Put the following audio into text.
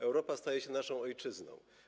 Europa staje się naszą ojczyzną.